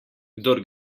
kdor